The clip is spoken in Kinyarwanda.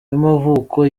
yamavuko